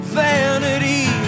vanity